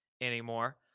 anymore